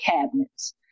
cabinets